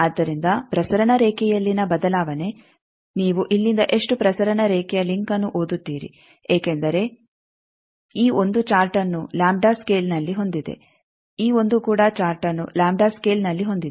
ಆದ್ದರಿಂದ ಪ್ರಸರಣ ರೇಖೆಯಲ್ಲಿನ ಬದಲಾವಣೆ ನೀವು ಇಲ್ಲಿಂದ ಎಷ್ಟು ಪ್ರಸರಣ ರೇಖೆಯ ಲಿಂಕ್ಅನ್ನು ಓದುತ್ತೀರಿ ಏಕೆಂದರೆ ಈ 1 ಚಾರ್ಟ್ಅನ್ನು ಲಾಂಬ್ಡಾ ಸ್ಕೇಲ್ನಲ್ಲಿ ಹೊಂದಿದೆ ಈ 1 ಕೂಡ ಚಾರ್ಟ್ಅನ್ನು ಲಾಂಬ್ಡಾ ಸ್ಕೇಲ್ನಲ್ಲಿ ಹೊಂದಿದೆ